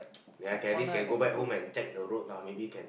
ya at least can go back home check the road lah maybe can